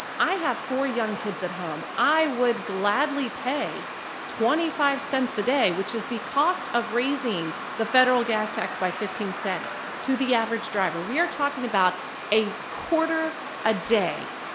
i have four young kids at home. i would gladly pay twenty five cents a day, which is the cost of raising the federal gas tax by fifteen cents to the average driver. we are talking about a quarter a day.